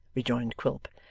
rejoined quilp.